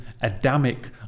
Adamic